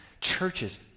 churches